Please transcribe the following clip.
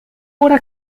oder